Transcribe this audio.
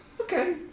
okay